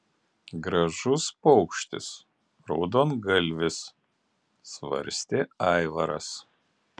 gražus paukštis raudongalvis svarstė aivaras